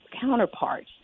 counterparts